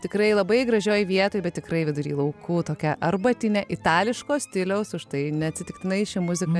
tikrai labai gražioj vietoj bet tikrai vidury laukų tokia arbatinė itališko stiliaus užtai neatsitiktinai ši muzika